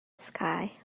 sky